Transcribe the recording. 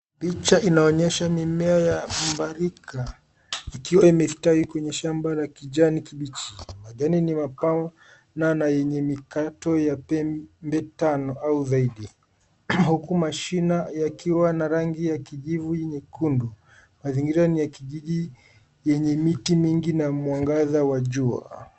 Picha inaonyesha mimea ya mbarika ikiwa imestawi kwenye shamba la kijani kibichi. Majani ni mapana na yenye mikato ya pembe tano au zaidi huku mashina yakiwa na rangi ya kijivu nyekundu . Mazingira ni ya kijiji yenye miti mingi na mwangaza wa jua .